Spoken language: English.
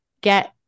get